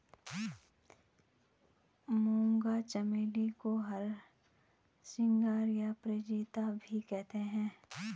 मूंगा चमेली को हरसिंगार या पारिजात भी कहते हैं